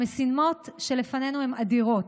המשימות שלפנינו הן אדירות,